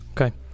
Okay